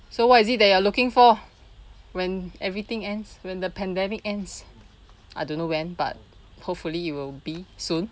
so what is it that you are looking for when everything ends when the pandemic ends I don't know when but hopefully it will be soon